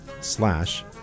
slash